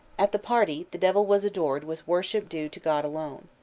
at the party the devil was adored with worship due to god alone.